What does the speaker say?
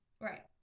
Right